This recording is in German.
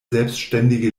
selbständige